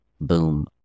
boom